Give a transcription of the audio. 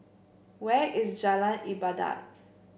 where is Jalan Ibadat